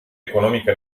economică